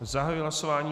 Zahajuji hlasování o A2.